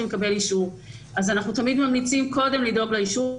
לקבל אישור אז אנחנו תמיד ממליצים קודם לקבל אישור,